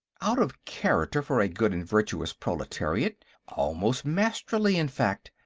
out of character, for a good and virtuous proletarian almost masterly, in fact.